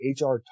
HR